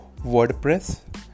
WordPress